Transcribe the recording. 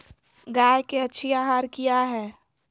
गाय के अच्छी आहार किया है?